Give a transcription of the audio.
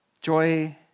Joy